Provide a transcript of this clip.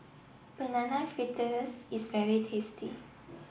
Banana Fritters is very tasty